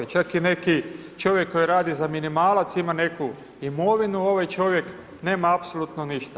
Čak i neki čovjek koji radi za minimalac ima neku imovinu, ovaj čovjek nema apsolutno ništa.